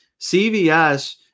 CVS